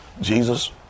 Jesus